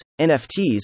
NFTs